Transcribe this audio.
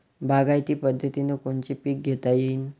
बागायती पद्धतीनं कोनचे पीक घेता येईन?